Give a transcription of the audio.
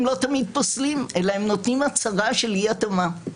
הם לא תמיד פוסלים אלא הם נותנים הצהרה של אי התאמה.